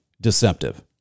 deceptive